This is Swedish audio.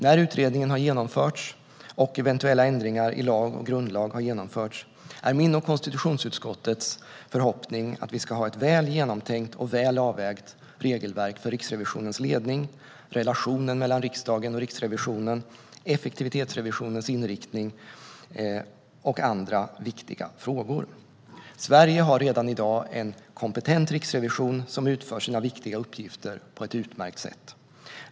När utredningen har slutförts, och eventuella ändringar i lag och grundlag har genomförts, är min och konstitutionsutskottets förhoppning att vi ska ha ett väl genomtänkt och väl avvägt regelverk för Riksrevisionens ledning, relationen mellan riksdagen och Riksrevisionen, effektivitetsrevisionens inriktning och andra viktiga frågor. Sverige har redan i dag en kompetent riksrevision som utför sina viktiga uppgifter på ett utmärkt sätt.